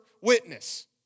witness